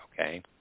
okay